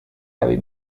heavy